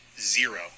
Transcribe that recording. zero